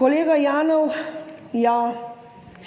Kolega Janev, ja,